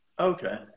Okay